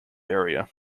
area